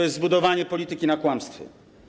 Jest nim budowanie polityki na kłamstwie.